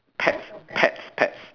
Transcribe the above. pets pets pets